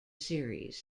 series